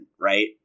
right